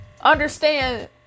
Understand